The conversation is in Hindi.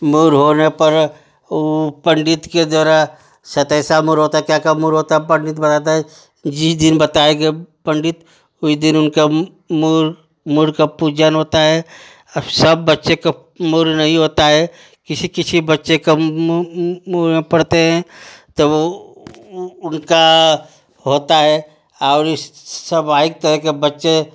मूर होने पर वो पंडित के द्वारा सातैसा मूर होता है क्या क्या मूर होता है पंडित बताता है जिस दिन बताएंगे पंडित उस दिन उनका मूर मूर का पूजन होता है अब सब बच्चे को मूर नहीं होता है किसी किसी बच्चे कम मूर में पड़ते हैं तब वो उनका होता है और इस सबैक तरह के बच्चे